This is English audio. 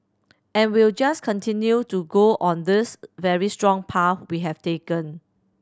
and we'll just continue to go on this very strong path we have taken